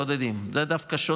זיהיתי עוד כמה, אבל בסדר.